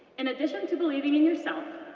in addition to believing in yourself,